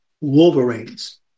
Wolverines